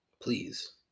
Please